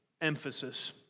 emphasis